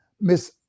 Miss